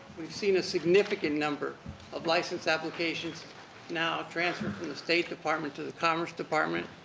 we've seen a significant number of license applications now transferred from the state department to the commerce department.